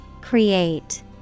Create